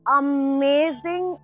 amazing